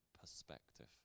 perspective